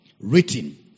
Written